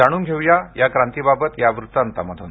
जाणून घेऊया क्रांतीबाबत या वृत्तांतातून